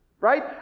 Right